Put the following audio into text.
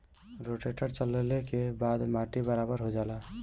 rotator चलले के बाद माटी बराबर हो जाला